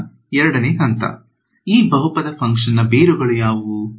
ಈಗ ೨ ನೇ ಹಂತ ಈ ಬಹುಪದ ಫಂಕ್ಷನ್ ನ ಬೇರುಗಳು ಯಾವುವು